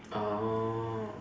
orh